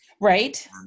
Right